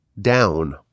down